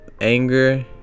anger